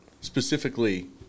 specifically